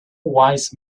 wise